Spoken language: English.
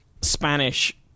Spanish